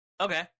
Okay